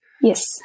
Yes